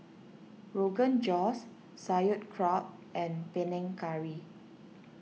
Rogan Josh Sauerkraut and Panang Curry